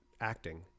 acting